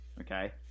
okay